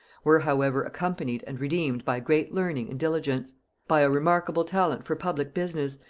were however accompanied and redeemed by great learning and diligence by a remarkable talent for public business,